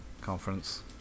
conference